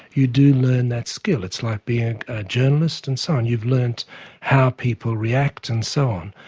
you do learn that skill, it's like being a journalist and so on you've learnt how people react and so on.